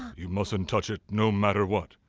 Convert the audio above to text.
you mustn't touch it no matter what,